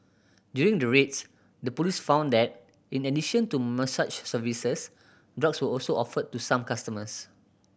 during the raids the police found that in addition to massage services drugs were also offered to some customers